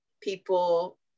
people